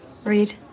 Read